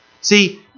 See